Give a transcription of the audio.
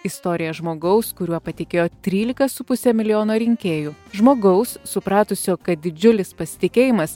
istorija žmogaus kuriuo patikėjo trylika su puse milijono rinkėjų žmogaus supratusio kad didžiulis pasitikėjimas